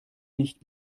nicht